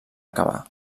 acabar